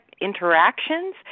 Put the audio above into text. interactions